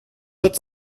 that